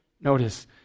Notice